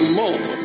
more